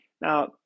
now